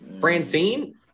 Francine